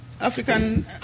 African